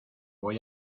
voy